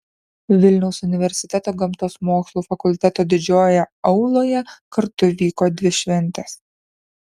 vilniaus universiteto gamtos mokslų fakulteto didžiojoje auloje kartu vyko dvi šventės